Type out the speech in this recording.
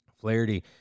Flaherty